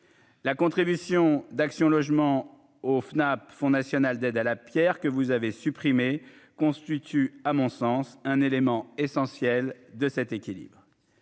La contribution d'Action Logement au FNAP Fonds national d'aide à la Pierre, que vous avez supprimé constitue à mon sens un élément essentiel de cet équilibre.